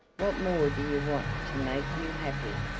what more do you want to make you happy?